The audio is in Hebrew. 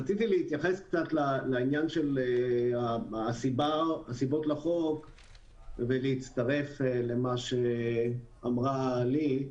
רציתי להתייחס לעניין של הסיבות לחוק ולהצטרף למה שאמרה ליהי.